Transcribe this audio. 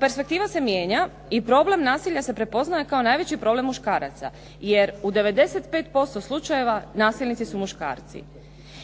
perspektiva se mijenja i problem nasilja se prepoznaje kao najveći problem muškaraca. Jer u 95% slučajeva nasilnici su muškarci.